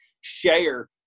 share